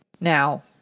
Now